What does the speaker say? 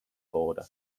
border